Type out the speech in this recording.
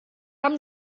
haben